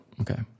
Okay